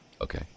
Okay